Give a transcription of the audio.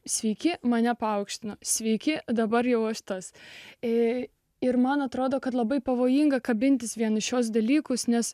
sveiki mane paaukštino sveiki dabar jau aš tas ei ir man atrodo kad labai pavojinga kabintis vien į šiuos dalykus nes